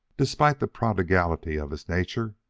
despite the prodigality of his nature,